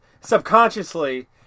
Subconsciously